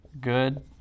good